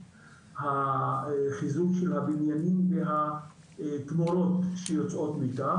החיזוק של הבניינים והתמורות שיוצאות מכך,